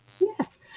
Yes